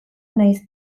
naiz